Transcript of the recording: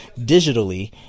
digitally